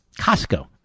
Costco